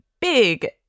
big